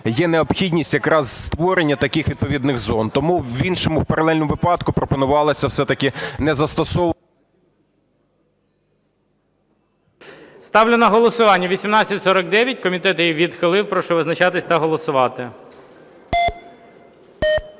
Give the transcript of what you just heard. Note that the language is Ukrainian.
є необхідність якраз створення таких відповідних зон. Тому в іншому паралельному випадку пропонувалося все ж таки не застосовувати… ГОЛОВУЮЧИЙ. Ставлю на голосування 1849. Комітет її відхилив. Прошу визначатися та голосувати.